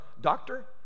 doctor